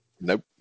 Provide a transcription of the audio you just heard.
Nope